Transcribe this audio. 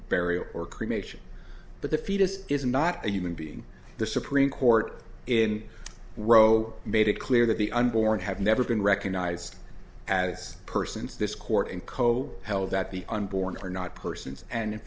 cremation but the fetus is not a human being the supreme court in roe made it clear that the unborn have never been recognized as persons this court and co held that the unborn are not persons and in